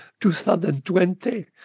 2020